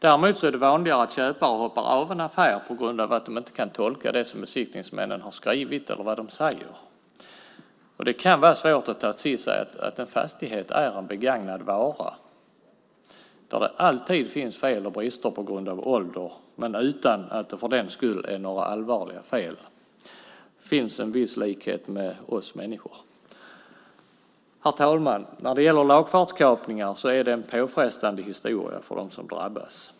Däremot är det betydligt vanligare att köpare hoppar av en affär på grund av att de inte kan tolka det som besiktningsmännen har skrivit eller vad de säger. Det kan vara svårt att ta till sig att en fastighet är en begagnad vara, där det alltid finns fel och brister på grund av ålder utan att det för den skull är några allvarliga fel. Det finns en viss likhet med oss människor. Herr talman! Lagfartskapningar är en påfrestande historia för dem som drabbas.